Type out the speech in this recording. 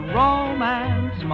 romance